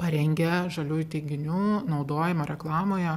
parengę žaliųjų teiginių naudojimo reklamoje